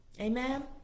Amen